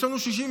יש לנו 61,